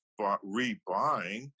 rebuying